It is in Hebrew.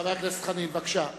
חבר הכנסת חנין, בבקשה.